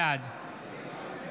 בעד